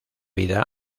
vida